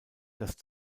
dass